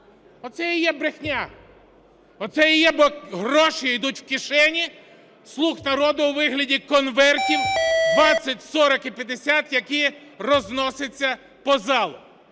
Оце і є брехня, оце і є... Бо гроші йдуть в кишені "слуг народу" у вигляді "конвертів 20/40/50", які розносяться по залу.